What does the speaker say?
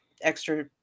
extra